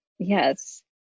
Yes